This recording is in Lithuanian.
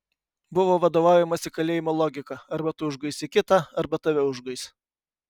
buvo vadovaujamasi kalėjimo logika arba tu užguisi kitą arba tave užguis